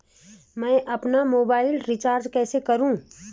मैं अपना mobile recharge कैसे करूँ?